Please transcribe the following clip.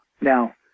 Now